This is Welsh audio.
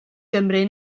gymru